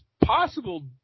possible